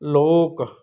ਲੋਕ